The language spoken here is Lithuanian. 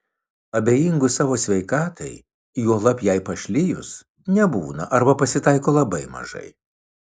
abejingų savo sveikatai juolab jai pašlijus nebūna arba pasitaiko labai mažai